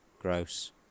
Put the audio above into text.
Gross